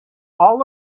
all